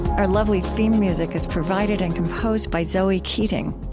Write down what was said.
our lovely theme music is provided and composed by zoe keating.